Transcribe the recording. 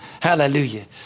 hallelujah